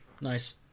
Nice